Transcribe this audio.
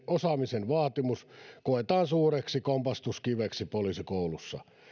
osaamisen vaatimus koetaan suureksi kompastuskiveksi poliisikoulussa